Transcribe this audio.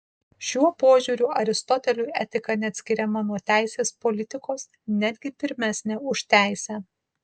šiuo požiūriu aristoteliui etika neatskiriama nuo teisės politikos netgi pirmesnė už teisę